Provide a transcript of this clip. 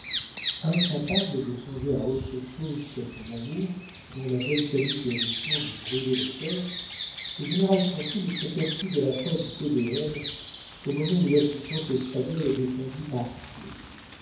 incapable de songer à autre chose qu'à son amour dont la volcanique éruption lui brûlait le cœur le général français ne s'aperçut de la fin du te deum qu'au moment où l'assistance espagnole descendit par flots